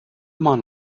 immer